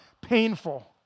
painful